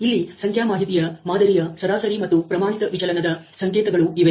ಇಲ್ಲಿ ಸಂಖ್ಯಾ ಮಾಹಿತಿಯ ಮಾದರಿಯ ಸರಾಸರಿ ಮತ್ತು ಪ್ರಮಾಣಿತ ವಿಚಲನದ ಸಂಕೇತಗಳು ಇವೆ